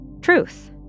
Truth